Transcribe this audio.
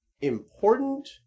important